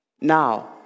Now